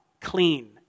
clean